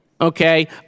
okay